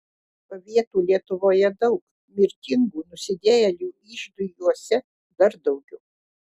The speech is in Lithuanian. pavietų lietuvoje daug mirtingų nusidėjėlių iždui juose dar daugiau